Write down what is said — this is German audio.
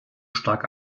stark